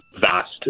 vast